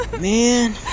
Man